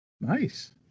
Nice